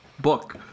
book